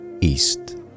East